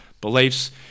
beliefs